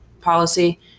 policy